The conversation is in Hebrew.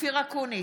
אופיר אקוניס,